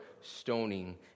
stoning